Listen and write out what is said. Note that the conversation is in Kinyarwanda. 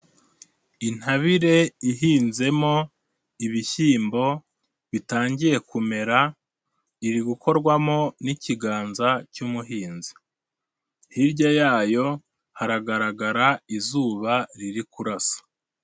Intabire ihinzemo ibishyimbo, bitangiye kumera, iri gukorwamo n'ikiganza cy'umuhinzi. Hirya yayo haragaragara izuba riri kurasa.